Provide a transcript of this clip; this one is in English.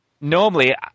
normally